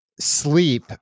sleep